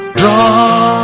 draw